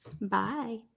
Bye